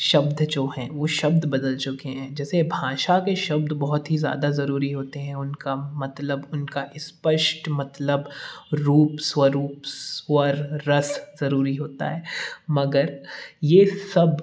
शब्द जो हैं वो शब्द बदल चुके हैं जैसे भाषा के शब्द बहुत ही ज़्यादा ज़रूरी होते हैं उनका मतलब उनका स्पष्ट मतलब रूप स्वरूप स्वर रस ज़रूरी होता है मगर ये सब